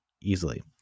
easily